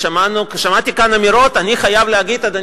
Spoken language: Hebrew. שמעתי כאן אמירות אני חייב להגיד,